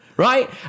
Right